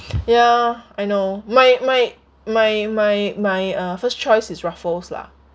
ya I know my my my my my uh first choice is uh Ruffles lah